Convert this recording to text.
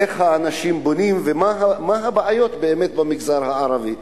איך האנשים בונים ומה הבעיות באמת במגזר הערבי.